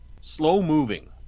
slow-moving